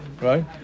right